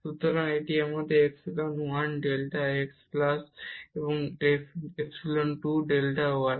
সুতরাং এটি আমাদের ইপসিলন1 ডেল্টা x প্লাস এই ইপসিলন 2 ডেল্টা y